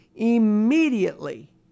Immediately